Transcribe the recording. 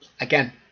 again